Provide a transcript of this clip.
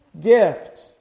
gift